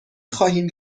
خواهیم